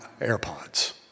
AirPods